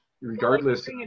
regardless